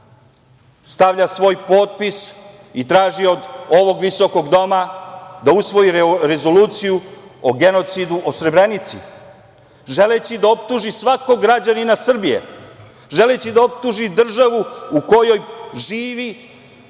stavlja svoj potpis i traži od ovog visokog doma da usvoji rezoluciju o genocidu u Srebrenici, želeći da optuži svakog građanina Srbije, želeći da optuži državu u kojoj živi, u kojoj ima